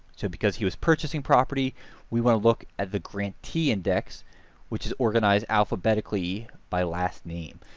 so because he was purchasing property we want to look at the grantee index which is organized alphabetically by last name.